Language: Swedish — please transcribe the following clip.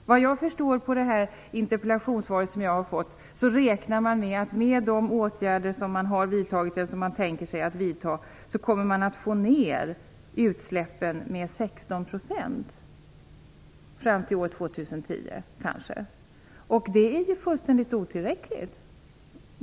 Såvitt jag förstår av interpellationssvaret räknar man med att man, med de åtgärder som man har vidtagit eller som man tänker sig att vidta, kommer att minska utsläppen med 16 % fram till år 2010. Det är ju fullständigt otillräckligt.